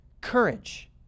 courage